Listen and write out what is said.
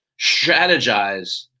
strategize